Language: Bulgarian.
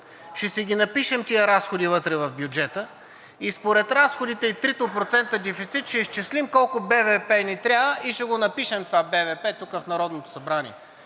Ще си ги напишем тези разходи вътре в бюджета, според разходите и трите процента дефицит ще изчислим колко БВП ни трябва и ще напишем този БВП тук в Народното събрание.